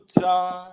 time